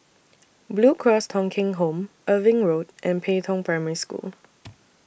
Blue Cross Thong Kheng Home Irving Road and Pei Tong Primary School